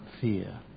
fear